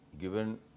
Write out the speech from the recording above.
given